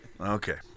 Okay